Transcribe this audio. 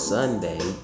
Sunday